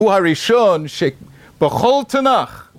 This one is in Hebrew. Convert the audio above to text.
הוא הראשון שבכל תנאי.